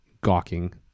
gawking